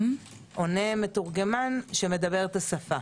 עונה מתורגמן שדובר השפה.